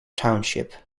township